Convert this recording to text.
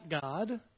God